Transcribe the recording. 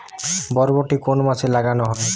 বরবটি কোন মাসে লাগানো হয়?